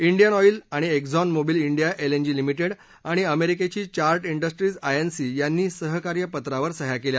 Indian Oil आणि Exxon Mobil India LNG limited आणि अमेरिकेची चार्ट इंडस्ट्रीज आयएनसी यांनी सहकार्यपत्रावर सह्या केल्या